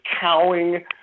cowing